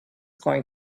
going